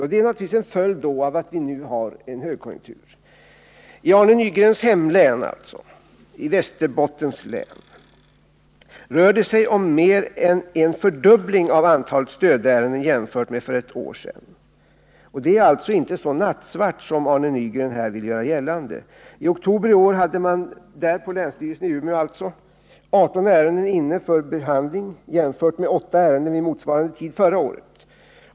Och det är naturligtvis en följd av att vi nu har en högkonjunktur. I Arne Nygrens hemlän, Västerbottens län, rör det sig om mer än en fördubbling av antalet stödärenden jämfört med för ett år sedan. Läget är alltså inte så nattsvart som Arne Nygren här ville göra gällande. I oktober i år hade man på länsstyrelsen i Umeå 18 ärenden inne för behandling jämfört med 8 ärenden vid motsvarande tid förra året.